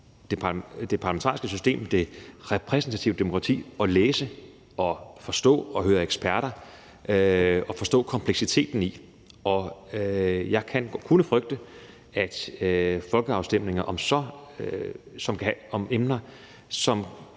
det parlamentariske system, det repræsentative demokrati at læse og forstå og høre eksperter om og forstå kompleksiteten i. Jeg kunne frygte folkeafstemninger om emner, som